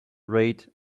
rate